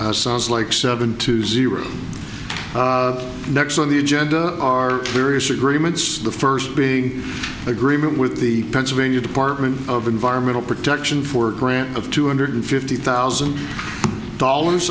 personally like seven to zero next on the agenda are various agreements the first being agreement with the pennsylvania department of environmental protection for a grant of two hundred fifty thousand dollars